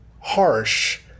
harsh